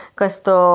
questo